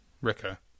Ricker